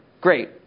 Great